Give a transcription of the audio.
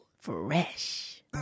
Fresh